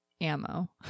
ammo